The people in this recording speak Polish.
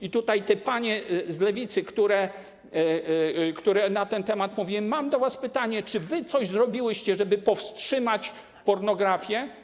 I tutaj, panie z lewicy, które na ten temat mówiły, mam do was pytanie: Czy wy coś zrobiłyście, żeby powstrzymać pornografię?